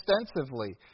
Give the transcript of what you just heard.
extensively